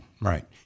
right